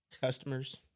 customers